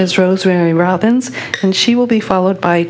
is rosemary robbins and she will be followed by